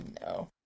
No